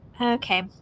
okay